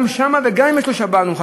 גם שם, וגם אם יש לו שב"ן, הוא מחכה.